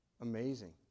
Amazing